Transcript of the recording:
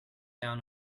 down